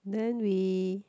then we